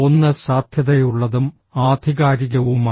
ഒന്ന് സാധ്യതയുള്ളതും ആധികാരികവുമാണ്